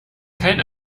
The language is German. kein